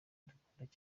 dukunda